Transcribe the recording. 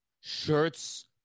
shirts